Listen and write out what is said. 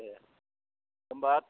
दे होमब्ला